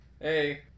Hey